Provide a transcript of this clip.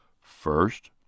First